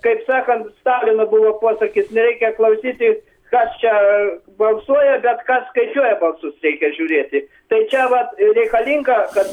kaip sakant stalino buvo posakis nereikia klausyti kas čia balsuoja bet kas skaičiuoja balsus reikia žiūrėti tai čia vat reikalinga kad